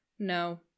No